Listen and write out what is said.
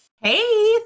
Hey